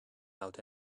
out